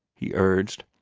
he urged.